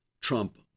Trump